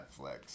Netflix